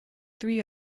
three